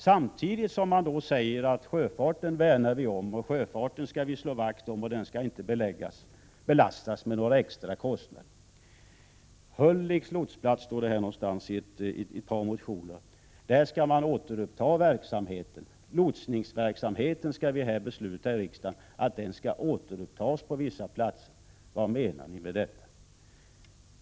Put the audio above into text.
Samtidigt säger man att man värnar och slår vakt om sjöfarten och att den inte får belastas med några extra kostnader. I ett par motioner står att man skall återuppta verksamheten vid Hölicks lotsplats. Vad menar ni med att man i riksdagen skall besluta om att återuppta lotsningsverksamheten på vissa platser?